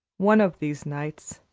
one of these nights,